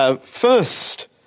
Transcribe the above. First